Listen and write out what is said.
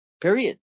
period